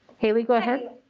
hayley go ahead.